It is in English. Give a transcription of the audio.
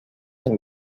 and